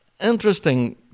Interesting